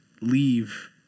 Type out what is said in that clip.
leave